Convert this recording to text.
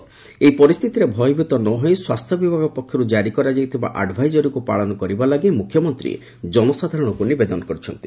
ତେବେ ଏହି ପରିସ୍ଥିତିରେ ଭୟଭୀତ ନ ହୋଇ ସ୍ୱାସ୍ଥ୍ୟ ବିଭାଗ ପକ୍ଷରୁ ଜାରି କରାଯାଇଥିବା ଆଡଭାଇଜରୀକୁ ପାଳନ କରିବା ଲାଗି ମୁଖ୍ୟମନ୍ତ୍ରୀ ଜନସାଧାରଣଙ୍କୁ ନିବେଦନ କରିଛନ୍ତି